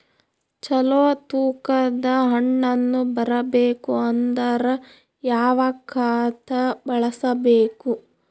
ಚಲೋ ತೂಕ ದ ಹಣ್ಣನ್ನು ಬರಬೇಕು ಅಂದರ ಯಾವ ಖಾತಾ ಬಳಸಬೇಕು?